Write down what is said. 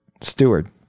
steward